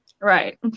Right